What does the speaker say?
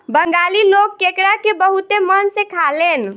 बंगाली लोग केकड़ा के बहुते मन से खालेन